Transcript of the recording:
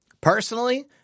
personally